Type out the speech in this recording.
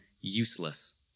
useless